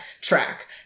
track